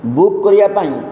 book କରିବାପାଇଁ